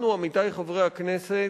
אנחנו, עמיתי חברי הכנסת,